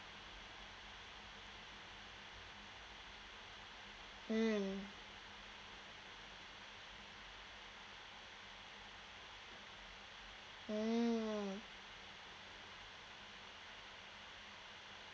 mm mm